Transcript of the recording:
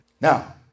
Now